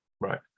right